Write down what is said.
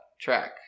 track